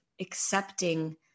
accepting